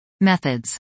Methods